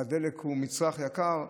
והדלק הוא מצרך יקר,